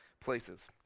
places